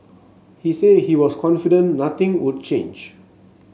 he said he was confident nothing would change